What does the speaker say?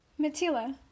Matila